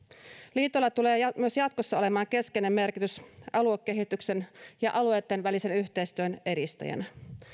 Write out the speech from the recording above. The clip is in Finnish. liitoilla tulee myös jatkossa olemaan keskeinen merkitys aluekehityksen ja alueitten välisen yhteistyön edistäjinä